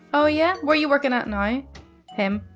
oh yeah, where you working at now? him,